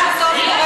משהו טוב קורה פה?